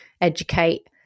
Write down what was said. educate